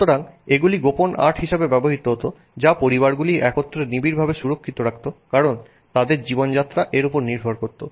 সুতরাং এগুলি গোপন আর্ট হিসাবে ব্যবহৃত হত যা পরিবারগুলি একত্রে নিবিড়ভাবে সুরক্ষিত রাখত কারণ তাদের জীবনযাত্রা এর উপর নির্ভর করতো